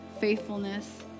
faithfulness